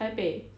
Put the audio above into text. taipei